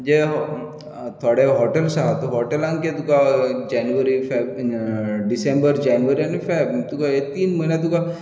जे थोडे हॉटेल्स डपदूाते़ आसात हॉटेलांक कितें तुका जानेवारी फेब्रुवारी डिसेंबर जानेवेरी आनी फेब तुका हे तीन म्हयने तुका